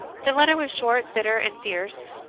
the letter was short, bitter, and fierce,